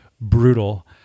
brutal